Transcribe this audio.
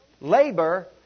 labor